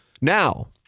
Now